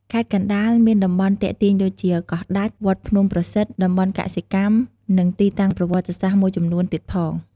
ខេត្តកណ្ដាលមានតំបន់ទាក់ទាញដូចជា កោះដាច់ វត្តភ្នំប្រសិទ្ធ តំបន់កសិកម្ម និងទីតាំងប្រវត្តិសាស្រ្ដមួយចំនួនទៀតផង។